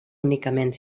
únicament